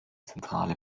zentrale